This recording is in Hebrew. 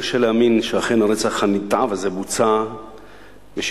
קשה להאמין שאכן הרצח הנתעב הזה בוצע ושמישהו